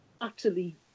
utterly